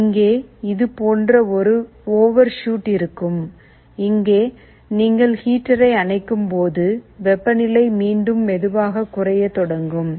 எனவே இங்கே இது போன்ற ஒரு ஓவர்ஷூட் இருக்கும் இங்கே நீங்கள் ஹீட்டரை அணைக்கும்போது வெப்பநிலை மீண்டும் மெதுவாக குறையத் தொடங்கும்